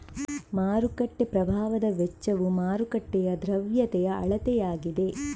ಮಾರುಕಟ್ಟೆ ಪ್ರಭಾವದ ವೆಚ್ಚವು ಮಾರುಕಟ್ಟೆಯ ದ್ರವ್ಯತೆಯ ಅಳತೆಯಾಗಿದೆ